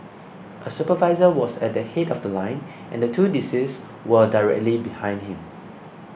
a supervisor was at the head of The Line and the two deceased were directly behind him